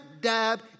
dab